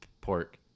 pork